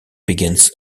begins